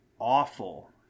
awful